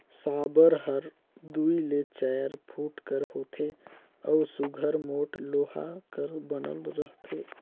साबर हर दूई ले चाएर फुट कर होथे अउ सुग्घर मोट लोहा कर बनल रहथे